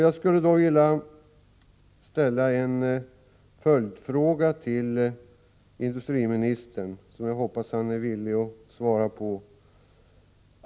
Jag skulle vilja ställa en fråga till statsrådet, som jag hoppas att han är villig att svara på.